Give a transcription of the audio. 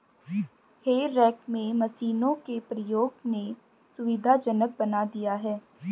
हे रेक में मशीनों के प्रयोग ने सुविधाजनक बना दिया है